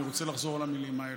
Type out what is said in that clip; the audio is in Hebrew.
אני רוצה לחזור על המילים האלה.